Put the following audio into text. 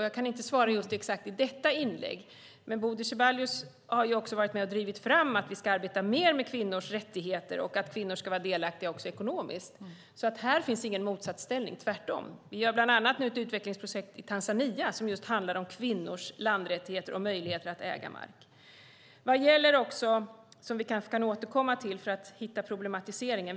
Jag kan inte svara exakt i detta inlägg, men Bodil Ceballos har ju också varit med och drivit fram att vi ska arbeta mer med kvinnors rättigheter och att kvinnor ska vara delaktiga också ekonomiskt, så här finns alltså ingen motsatsställning. Vi gör nu bland annat ett utvecklingsprojekt i Tanzania som just handlar om kvinnors landrättigheter och möjligheter att äga mark. Vi har nu städer som växer oerhört, och vi kanske kan återkomma till det för att hitta problematiseringen.